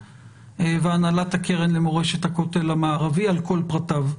והנהלת הקרן למורשת הכותל המערבי על כל פרטיו,